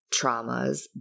traumas